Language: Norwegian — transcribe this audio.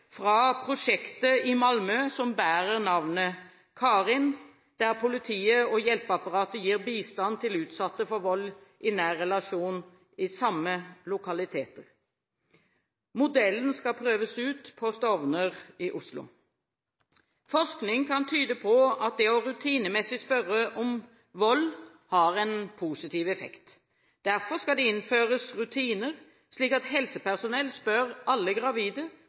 prosjektet i Malmö som bærer navnet Karin, der politiet og hjelpeapparatet gir bistand til utsatte for vold i nære relasjoner i samme lokaliteter. Modellen skal prøves ut på Stovner i Oslo. Forskning kan tyde på at det å spørre rutinemessig om vold har en positiv effekt. Derfor skal det innføres rutiner slik at helsepersonell spør alle gravide